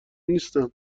نیستم